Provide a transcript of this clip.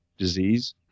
disease